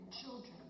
children